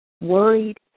worried